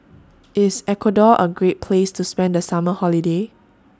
IS Ecuador A Great Place to spend The Summer Holiday